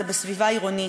זה סביבה עירונית.